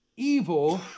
evil